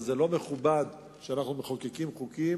אבל זה לא מכובד שאנו מחוקקים חוקים